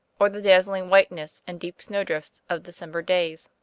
or the dazzling whiteness and deep snowdrifts of december days.